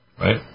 right